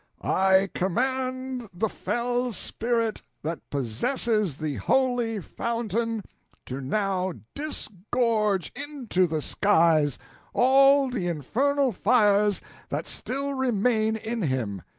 i command the fell spirit that possesses the holy fountain to now disgorge into the skies all the infernal fires that still remain in him,